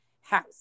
house